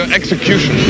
execution